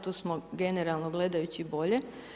Tu smo generalno gledajući bolji.